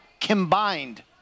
combined